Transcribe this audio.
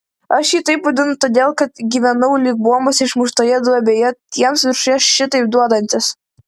aš jį taip vadinu todėl kad gyvenau lyg bombos išmuštoje duobėje tiems viršuje šitaip duodantis